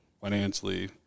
financially